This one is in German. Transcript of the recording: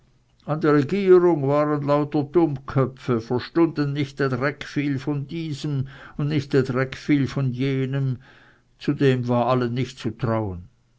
an der regierung waren lauter dummköpfe verstunden nicht e dreck viel von diesem und nicht e dreck viel von jenem zudem war allen nicht zu trauen